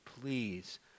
please